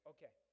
Okay